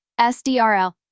SDRL